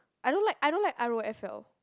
I don't like I don't like R_O_F_L